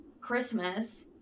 Christmas